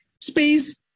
space